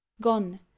Gone